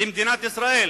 למדינת ישראל.